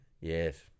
Yes